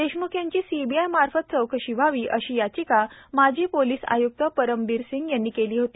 देशमुख यांची सीबीआय मार्फत चौकशी व्हावी अशी याचिका माजी पोलीस आय्क्त परमबीर सिंह यांनी केली होती